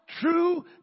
true